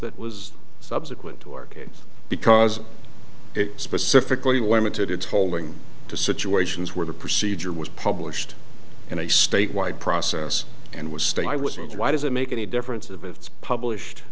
that was subsequent to our case because it specifically women to its holding to situations where the procedure was published in a statewide process and was state i was in why does it make any difference if it's published